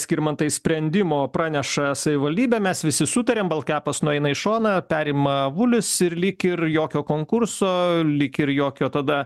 skirmantai sprendimo praneša savivaldybė mes visi sutariam baltkepas nueina į šoną perima avulis ir lyg ir jokio konkurso lyg ir jokio tada